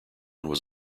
was